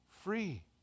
free